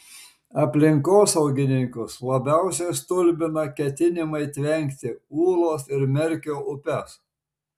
aplinkosaugininkus labiausiai stulbina ketinimai tvenkti ūlos ir merkio upes